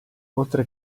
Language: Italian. oltre